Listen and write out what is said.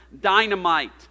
dynamite